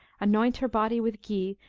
anoint her body with ghee,